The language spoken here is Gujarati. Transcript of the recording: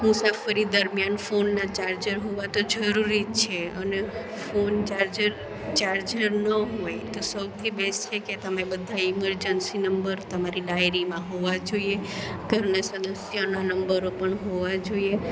મુસાફરી દરમિયાન ફોનના ચાર્જર હોવા તો જરૂરી જ છે અને ફોન ચાર્જર ચાર્જર ન હોય તો સૌથી બેસ્ટ છે કે તમે બધા ઇમરજન્સી નંબર તમારી ડાયરીમાં હોવા જોઈએ ઘરના સદસ્યનો નંબરો પણ હોવા જોઈએ